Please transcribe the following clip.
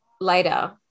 later